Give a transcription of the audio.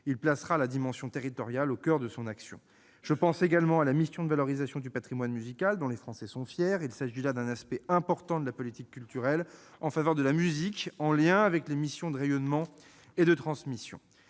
Il placera la dimension territoriale au coeur de son action. Je pense également à la mission de valorisation du patrimoine musical dont les Français sont fiers. Il s'agit là d'un aspect important de la politique culturelle en faveur de la musique, en lien avec les missions de rayonnement et de transmission.